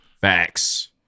facts